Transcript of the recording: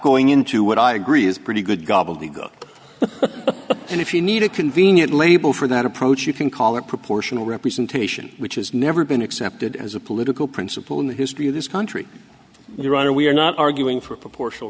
going into what i agree is pretty good gobbledygook and if you need a convenient label for that approach you can call it proportional representation which has never been accepted as a political principle in the history of this country your honor we're not arguing for proportional